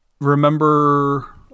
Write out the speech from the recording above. remember